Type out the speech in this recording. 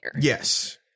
yes